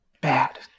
bad